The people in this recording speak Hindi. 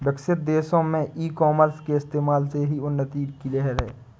विकसित देशों में ई कॉमर्स के इस्तेमाल से ही उन्नति की लहर है